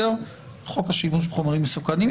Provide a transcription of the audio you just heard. חוק השימוש בחומרים מסוכנים,